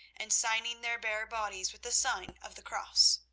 and signing their bare bodies with the sign of the cross.